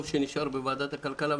טוב שנשאר בוועדת הכלכלה.